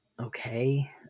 Okay